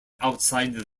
outside